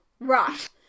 right